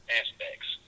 aspects